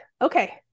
okay